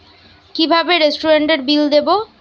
কিভাবে রেস্টুরেন্টের বিল দেবো?